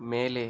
மேலே